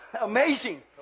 Amazing